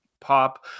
pop